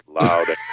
loud